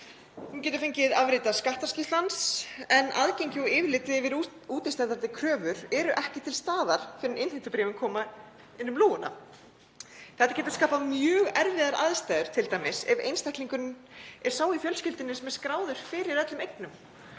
Hægt er að fá afrit af skattskýrslum hans en aðgengi og yfirlit yfir útistandandi kröfur er ekki til staðar fyrr en innheimtubréfin koma inn um lúguna. Þetta getur skapað mjög erfiðar aðstæður, t.d. ef einstaklingurinn er sá í fjölskyldunni sem er skráður fyrir öllum eignum